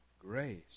Grace